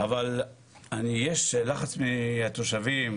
אבל יש לחץ מהתושבים,